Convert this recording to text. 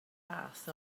fath